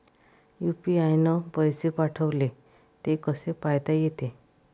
UPI न पैसे पाठवले, ते कसे पायता येते?